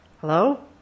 Hello